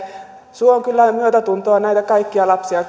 suon kyllä myötätuntoa kaikkia lapsia